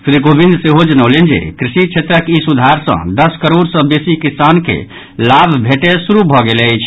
श्री कोविंद सेहो जनौलनि जे कृषि क्षेत्रक ई सुधार सँ दस करोड़ सँ बेसी किसान के लाभ भेटय शुरू भऽ गेल अछि